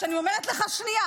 כשאני אומרת לך שנייה.